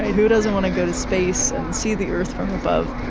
who doesn't want to go to space and see the earth from above?